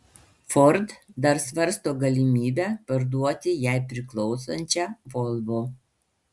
ford dar svarsto galimybę parduoti jai priklausančią volvo